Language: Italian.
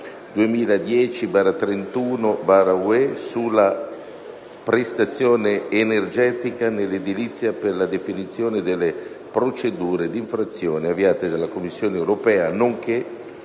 2010, sulla prestazione energetica nell’edilizia per la definizione delle procedure d’infrazione avviate dalla Commissione europea, nonche´